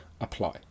apply